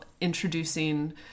introducing